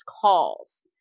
calls